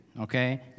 okay